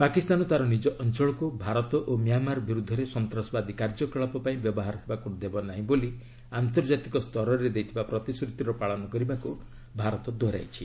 ପାକିସ୍ତାନ ତାର ନିଜ ଅଞ୍ଚଳକୁ ଭାରତ ଓ ମ୍ୟାମାର ବିରୁଦ୍ଧରେ ସନ୍ତ୍ରାସବାଦୀ କାର୍ଯ୍ୟକଳାପ ପାଇଁ ବ୍ୟବହାର ହେବାକୁ ଦେବ ନାହିଁ ବୋଲି ଆନ୍ତର୍ଜାତିକ ସ୍ତରରେ ଦେଇଥିବା ପ୍ରତିଶ୍ରତିର ପାଳନ କରିବାକୁ ଭାରତ ଦୋହରାଇଛି